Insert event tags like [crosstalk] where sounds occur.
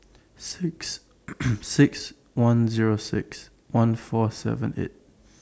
six [noise] six one Zero six one four seven eight